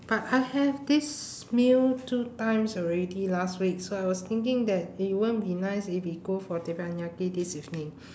but I have this meal two times already last week so I was thinking that it won't be nice if we go for teppanyaki this evening